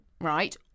right